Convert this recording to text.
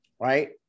right